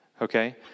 okay